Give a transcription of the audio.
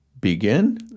begin